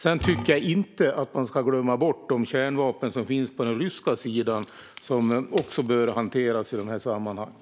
Sedan tycker jag inte att man ska glömma bort de kärnvapen som finns på den ryska sidan och som också bör hanteras i de här sammanhangen.